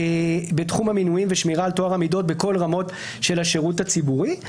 בתחום המינויים ושמירה על טוהר המידות בכל הרמות של השירות הציבורי,